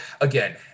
again